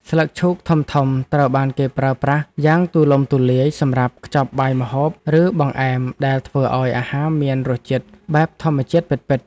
ស្លឹកឈូកធំៗត្រូវបានគេប្រើប្រាស់យ៉ាងទូលំទូលាយសម្រាប់ខ្ចប់បាយម្ហូប ឬបង្អែមដែលធ្វើឱ្យអាហារមានរសជាតិបែបធម្មជាតិពិតៗ។